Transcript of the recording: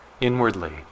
inwardly